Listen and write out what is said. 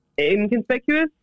inconspicuous